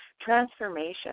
Transformation